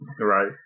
Right